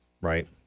right